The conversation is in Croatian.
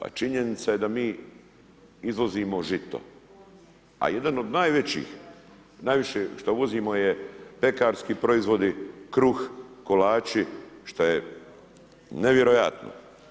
A činjenica je da mi izvozimo žito, a jedan od najvećih, najviše što uvozimo je pekarski proizvodi, kruh, kolači, šta je nevjerojatno.